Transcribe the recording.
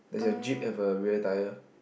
the jeep have a rear tire